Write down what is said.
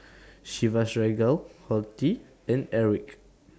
Chivas Regal Horti and Airwick